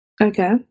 Okay